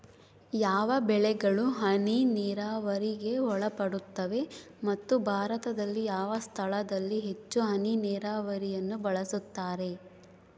ಯಾವ ಬೆಳೆಗಳು ಹನಿ ನೇರಾವರಿಗೆ ಒಳಪಡುತ್ತವೆ ಮತ್ತು ಭಾರತದಲ್ಲಿ ಯಾವ ಸ್ಥಳದಲ್ಲಿ ಹೆಚ್ಚು ಹನಿ ನೇರಾವರಿಯನ್ನು ಬಳಸುತ್ತಾರೆ?